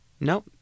Nope